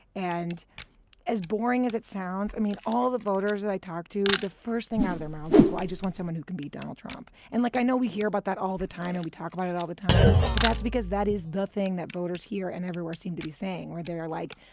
and as boring as it sounds, i mean, all the voters that i talked to, the first thing out of their mouths is, well, i just want someone who can be donald trump. and like i know we hear about that all the time and we talk about it all the time. but that's because that is the thing that voters here and everywhere seem to be saying or they are like,